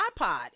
iPod